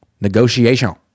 Negotiation